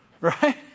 Right